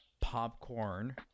Popcorn